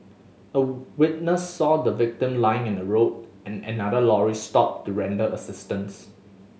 a witness saw the victim lying in the road and another lorry stopped to render assistance